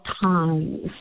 times